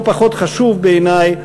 לא פחות חשוב בעיני,